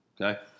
okay